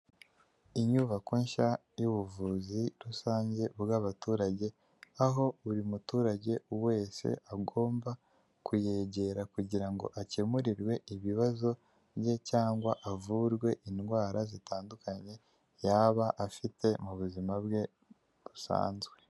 Inyubako nshya y'ubuvuzi rusange bw'abaturage, aho buri muturage wese agomba kuyegera kugira ngo akemurirwe ibibazo bye, cyangwa avurwe indwara zitandukanye yaba afite, mu buzima bwe busanzwe.